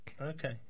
Okay